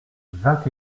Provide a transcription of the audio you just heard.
vingt